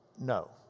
No